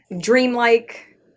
dreamlike